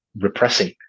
repressing